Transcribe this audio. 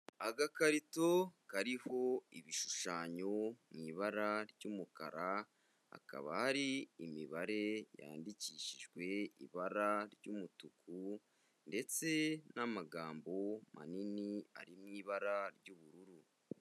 Agakarito kariho ibishushanyo mu ibara ry'umukara, hakaba hari imibare yandikishijwe ibara ry'umutuku, ndetse n'amagambo manini ari mu ibara ry'ubururu.